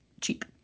cheap